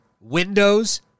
windows